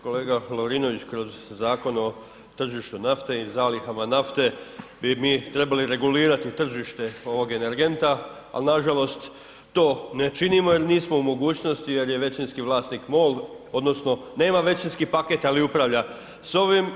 Kolega Lovrinović, kroz Zakon o tržištu nafte i zalihama nafte bi mi trebali regulirati tržište ovog energenta ali nažalost to ne činimo jer nismo u mogućnosti jer je većinski vlasnik MOL, odnosno nema većinski paket ali upravlja s ovim.